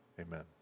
Amen